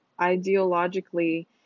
ideologically